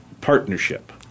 partnership